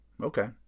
Okay